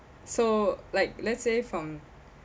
so like let's say from